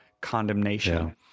condemnation